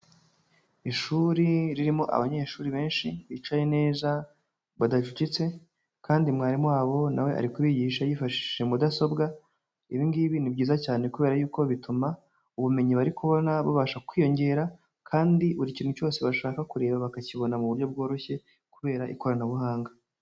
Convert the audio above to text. Ishuri ririmo abanyeshuri benshi bicaye neza, badacucitse, kandi mwarimu wabo nawe ari kubigisha yifashishije mudasobwa, ibi ngibi ni byiza cyane kubera yuko bituma ubumenyi bari kubona bubasha kwiyongera, kandi buri kintu cyose bashaka kureba bakakibona mu buryo bworoshye, kubera ikoranabuhanga.